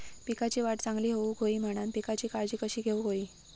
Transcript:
पिकाची वाढ चांगली होऊक होई म्हणान पिकाची काळजी कशी घेऊक होई?